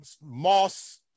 moss